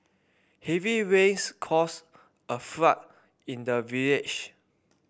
heavy rains caused a flood in the village